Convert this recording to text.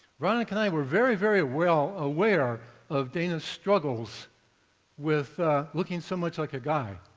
veronica and i were very, very well aware of dana's struggles with looking so much like a guy.